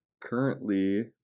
Currently